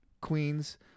queens